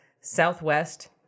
southwest